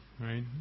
right